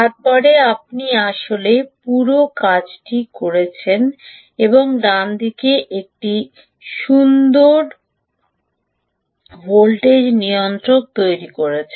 তারপরে আপনি আসলে পুরো কাজটি করেছেন এবং ডানদিকে একটি সুন্দর ভোল্টেজ নিয়ন্ত্রক তৈরি করেছেন